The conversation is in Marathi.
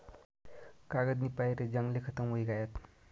कागदनी पायरे जंगले खतम व्हयी गयात